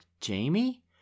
Jamie